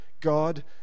God